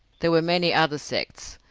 there were many other sects,